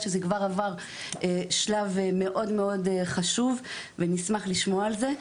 שזה כבר עבר שלב מאוד מאוד חשוב ונשמח לשמוע על זה.